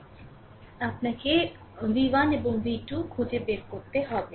সুতরাং আপনাকে v1 এবং v2 খুঁজে বের করতে হবে